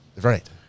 Right